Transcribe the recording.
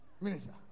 Minister